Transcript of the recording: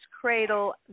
cradle